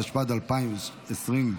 התשפ"ד 2024,